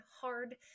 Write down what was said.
hard